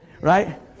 right